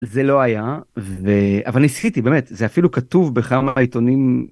זה לא היה אבל ניסיתי באמת זה אפילו כתוב בכמה עיתונים.